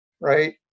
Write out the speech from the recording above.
right